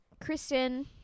Kristen